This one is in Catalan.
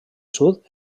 sud